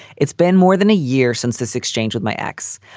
it's been more than a year since this exchange with my ex.